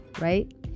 right